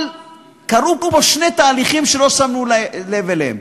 אבל קרו פה שני תהליכים שלא שמו לב אליהם,